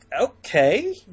okay